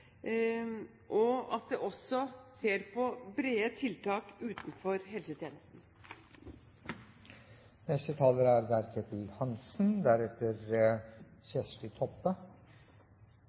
og at man også ser på brede tiltak utenfor helsetjenesten. Det er